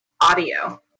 audio